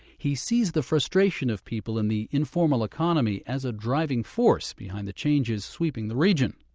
he sees the frustration of people in the informal economy as a driving force behind the changes sweeping the region.